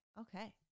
Okay